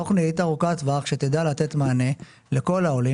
תכנית ארוכת טווח שתדע לתת מענה לכל העולים.